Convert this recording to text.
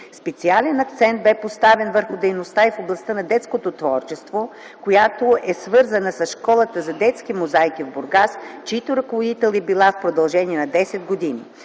Специален акцент бе поставен върху дейността ù в областта на детското творчество, която е свързана с Школата за детски мозайки в Бургас, чийто ръководител е била в продължение на 10 години.